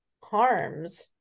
harms